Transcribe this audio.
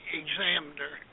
examiner